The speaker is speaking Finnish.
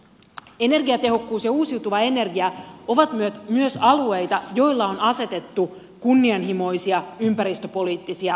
energiatehokkuus ja uusiutuva energia ovat myös alueita joilla on asetettu kunnianhimoisia ympäristöpoliittisia tavoitteita